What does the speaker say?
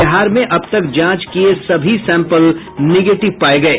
बिहार में अब तक जांच किये सभी सैंपल निगेटिव पाये गये